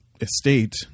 estate